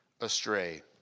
astray